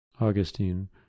Augustine